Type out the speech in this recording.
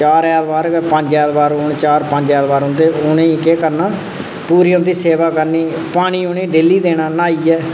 चार ऐतबार के पंज ऐतबार औन चार िंज ऐतवार उं'दे उ'नें ई केह् करना पूरी उं'दी सेवा करनी पानी उ'नें ई डेह्ल्ली देना न्हाइयै